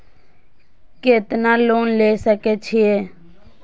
केतना लोन ले सके छीये?